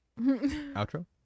Outro